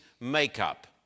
makeup